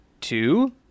two